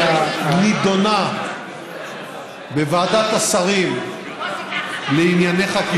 נדונה בוועדת השרים לענייני חקיקה.